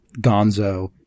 gonzo